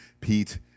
Pete